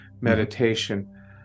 meditation